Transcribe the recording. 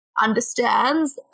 understands